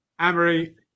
Amory